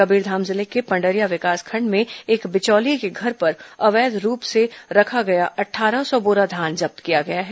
कबीरधाम जिले के पंडरिया विकासखंड में एक बिचौलिये के घर पर अवैध रूप से रखा गया अट्ठारह सौ बोरा धान जब्त किया गया है